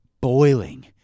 boiling